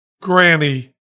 Granny